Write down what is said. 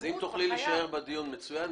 אז אם תוכלי להישאר בדיון מצוין,